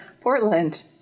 portland